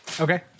Okay